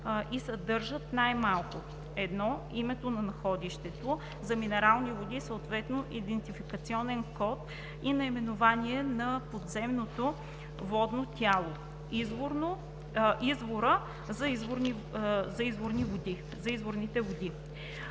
и съдържат най-малко: 1. името на находището – за минерални води, съответно идентификационен код и наименование на подземното водно тяло/извора – за изворните води;